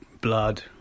blood